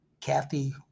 Kathy